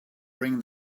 bring